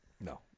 No